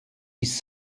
i’s